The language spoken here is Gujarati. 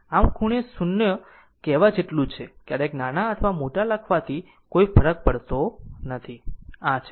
આમ ખૂણો 0 કહેવા જેટલું જ છે ક્યારેક નાના અથવા મોટા લખવાથી કોઈ ફરક પડતો નથી આ છે